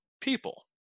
people